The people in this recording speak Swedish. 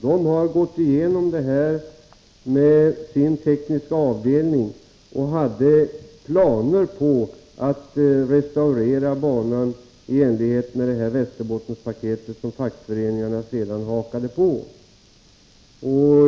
SJ har gått igenom det här med sin tekniska avdelning och hade planer på att restaurera banan i enlighet med det här Västerbottenpaketet som fackföreningarna sedan hakade på.